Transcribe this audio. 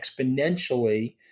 exponentially